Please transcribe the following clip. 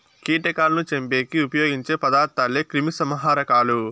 కీటకాలను చంపేకి ఉపయోగించే పదార్థాలే క్రిమిసంహారకాలు